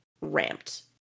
ramped